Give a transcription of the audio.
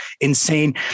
insane